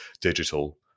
digital